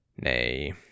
Nay